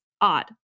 odd